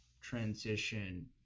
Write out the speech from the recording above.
transition